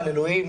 אלוהים,